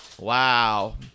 wow